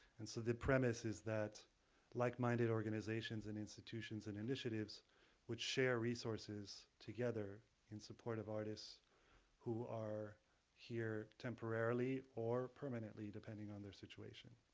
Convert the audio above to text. and so the premise is that like-minded organizations and institutions and initiatives which share resources together in support of artists who are here temporarily or permanently depending on their situation.